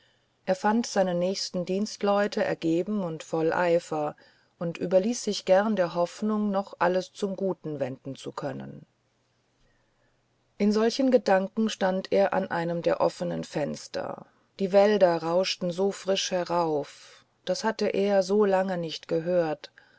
er fand seine nächsten dienstleute ergeben und voll eifer und überließ sich gern der hoffnung noch alles zum guten wenden zu können in solchen gedanken stand er an einem der offenen fenster die wälder rauschten so frisch herauf das hatte er so lange nicht gehört